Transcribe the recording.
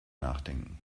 nachdenken